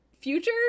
future